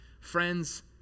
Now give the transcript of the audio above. Friends